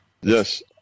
Yes